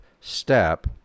step